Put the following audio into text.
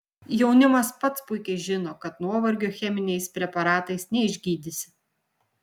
jaunimas pats puikiai žino kad nuovargio cheminiais preparatais neišgydysi